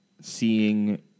seeing